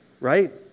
Right